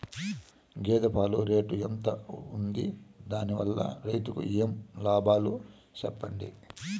గేదె పాలు రేటు ఎంత వుంది? దాని వల్ల రైతుకు ఏమేం లాభాలు సెప్పండి?